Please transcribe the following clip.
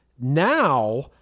now